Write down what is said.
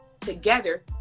together